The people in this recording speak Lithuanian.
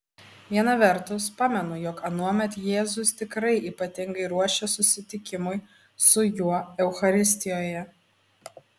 viena vertus pamenu jog anuomet jėzus tikrai ypatingai ruošė susitikimui su juo eucharistijoje